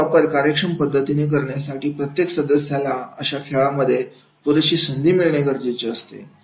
याचा वापर कार्यक्षम पद्धतीने करण्यासाठी प्रत्येक सदस्याला अशा खेळामध्ये पुरेशी संधी मिळणे गरजेचे असते